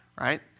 right